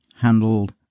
handled